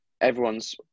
everyone's